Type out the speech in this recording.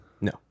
No